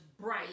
Bright